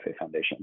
Foundation